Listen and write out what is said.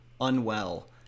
unwell